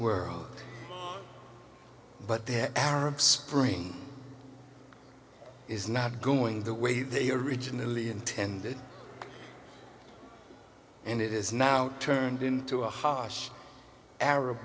world but the arab spring is not going the way they originally intended and it is now turned into a harsh arab